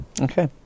Okay